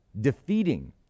defeating